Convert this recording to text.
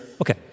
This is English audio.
Okay